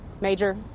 Major